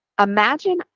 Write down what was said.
Imagine